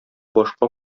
башка